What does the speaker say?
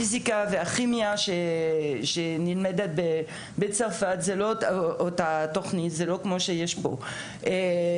פיזיקה וכימיה הדברים שנלמדים בצרפת לא זהים לתוכניות הלימוד בארץ.